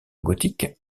gothique